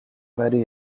very